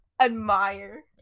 Admire